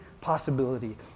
possibility